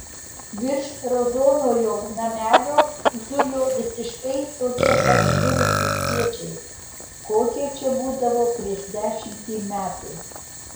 virš raudonojo namelio zujo visiškai tokie pat virusų spiečiai kokie čia būdavo prieš dešimtį metų